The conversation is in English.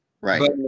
Right